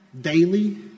daily